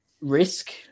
risk